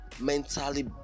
mentally